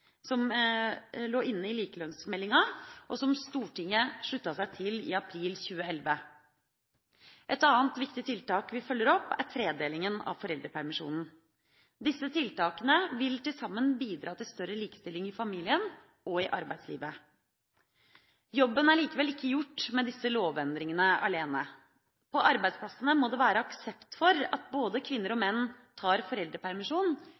lå inne i likelønnsmeldinga, som Stortinget sluttet seg til i april 2011. Et annet viktig tiltak vi følger opp, er tredelinga av foreldrepermisjonen. Disse tiltakene vil til sammen bidra til større likestilling i familien og i arbeidslivet. Jobben er likevel ikke gjort med disse lovendringene alene. På arbeidsplassene må det være aksept for at både kvinner og menn tar foreldrepermisjon,